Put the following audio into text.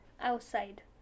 outside